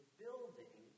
building